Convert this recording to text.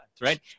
Right